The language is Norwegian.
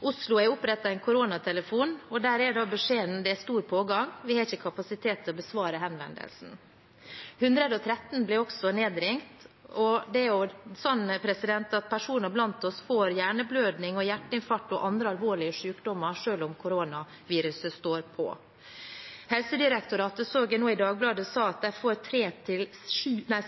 Oslo har opprettet en koronatelefon. Der er beskjeden: Det er stor pågang, vi har ikke kapasitet til å besvare henvendelsen. 113 blir nedringt, og personer blant oss får hjerneblødning og hjerteinfarkt og andre alvorlige sykdommer selv om koronaviruset står på. I Dagbladet ser jeg at Helsedirektoratet nå sier de får